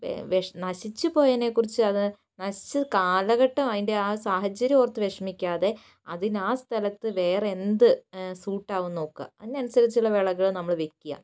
നശിച്ച് പോയതിനെക്കുറിച്ച് അത് നശിച്ച് കാലഘട്ടം അതിൻ്റെ ആ സാഹചര്യം ഓർത്ത് വിഷമിക്കാതെ അതിന് ആ സ്ഥലത്ത് വേറെ എന്ത് സ്യൂട്ട് ആകുമെന്ന് നോക്കുക അതിനനുസരിച്ചുള്ള വിളകൾ നമ്മൾ വയ്ക്കുക